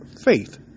faith